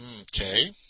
Okay